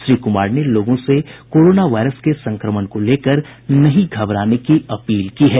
श्री कुमार ने लोगों से कोरोना वायरस के संक्रमण को लेकर नहीं घबराने की अपील की है